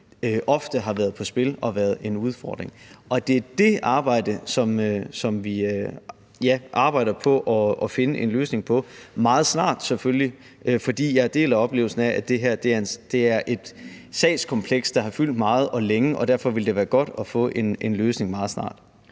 ofte har været på spil og været en udfordring. Og det er det, som vi arbejder på at finde en løsning på, meget snart selvfølgelig, for jeg deler oplevelsen af, at det her er et sagskompleks, der har fyldt meget og længe, og derfor ville det være godt at få en løsning meget snart.